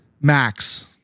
Max